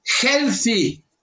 healthy